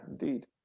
indeed